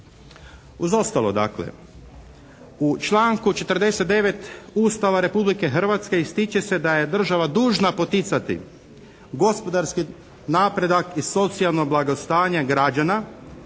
Uz ostalo dakle, u članku 49. Ustava Republike Hrvatske ističe se da je država dužna poticati gospodarski napredak i socijalno blagostanje građana